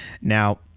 Now